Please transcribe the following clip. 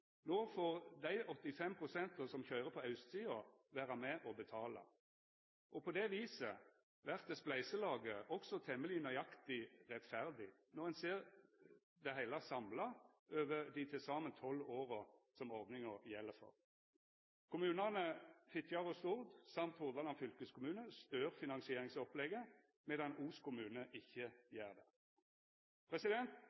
No får dei 85 pst. som køyrer på austsida, vera med på å betala, og på det viset vert spleiselaget også temmeleg nøyaktig rettferdig når ein ser det heile samla over dei til saman tolv åra som ordninga gjeld for. Kommunane Fitjar og Stord, samt Hordaland fylkeskommune stør finansieringopplegget, medan Os kommune ikkje